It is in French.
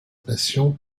passion